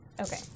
Okay